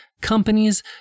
companies